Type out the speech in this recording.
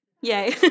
yay